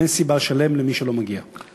ואין סיבה לשלם למי שלא מגיע לו.